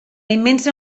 immensa